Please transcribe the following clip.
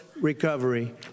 recovery